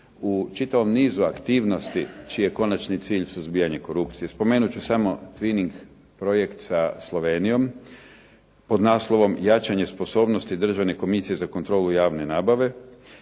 u čitavom nizu aktivnosti čiji je konačni cilj suzbijanje korupcije. Spomenut ću samo "Tvining projekt" sa Slovenijom pod naslovom "Jačanje sposobnosti Državne komisije za kontrolu javne nabave